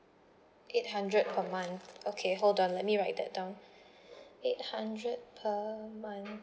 eight hundred per month okay hold on let me write that down eight hundred per month